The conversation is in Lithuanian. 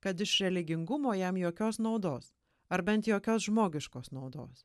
kad iš religingumo jam jokios naudos ar bent jokios žmogiškos naudos